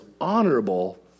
honorable